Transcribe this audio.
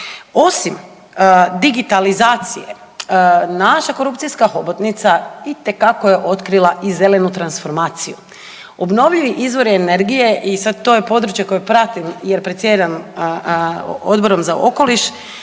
Osim digitalizacije naša korupcijska hobotnica itekako je otkrila i zelenu transformaciju. Obnovljivi izvori energije i sad to je područje koje pratim jer predsjedam Odborom za okoliš,